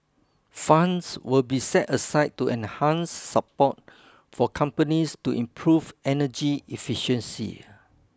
funds will be set aside to enhance support for companies to improve energy efficiency